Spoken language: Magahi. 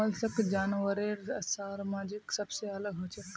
मोलस्क जानवरेर साम्राज्यत सबसे अलग हछेक